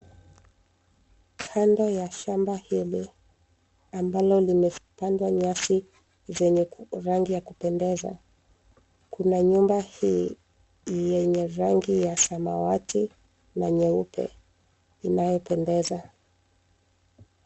Kando ya shamba hili ambalo limepandwa nyasi zenye rangi ya kupendeza, kuna nyumba hii yenye rangi ya samawati na nyeupe inayopendeza.